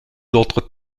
autres